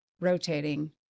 rotating